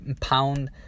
pound